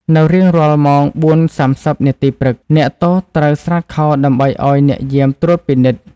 នៅរៀងរាល់ម៉ោង ៤:៣០ នាទីព្រឹក អ្នកទោសត្រូវស្រាតខោដើម្បីឱ្យអ្នកយាមត្រួតពិនិត្យ។